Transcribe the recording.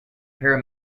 para